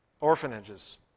orphanages